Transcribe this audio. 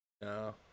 No